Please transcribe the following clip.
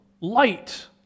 light